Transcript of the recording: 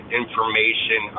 information